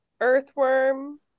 earthworm